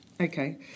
Okay